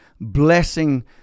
blessing